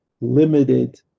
limited